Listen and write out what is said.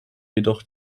jedoch